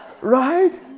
Right